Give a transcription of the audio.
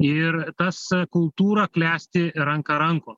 ir tas kultūra klesti ranka rankon